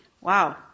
Wow